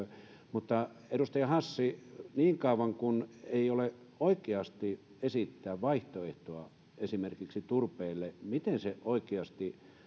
mutta edustaja hassi niin kauan kuin ei ole oikeasti esittää vaihtoehtoa esimerkiksi turpeelle miten se oikeasti